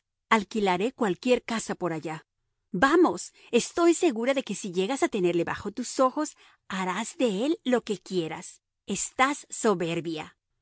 alquilaré cualquier casa por allá vamos estoy segura de que si llegas a tenerle bajo tus ojos harás de él lo que quieras estás soberbia